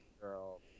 Girl